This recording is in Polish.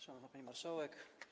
Szanowana Pani Marszałek!